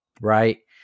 Right